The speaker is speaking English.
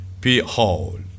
Behold